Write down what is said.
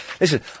Listen